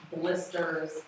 blisters